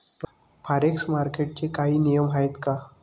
Forex मार्केटचे काही नियम आहेत का?